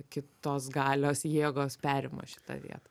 kitos galios jėgos perima šitą vietą